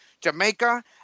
jamaica